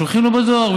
שולחים לו בדואר.